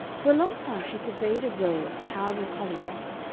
for a long time she surveyed a row of towering holly-hocks,